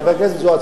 חברת הכנסת זוארץ,